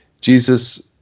Jesus